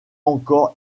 encore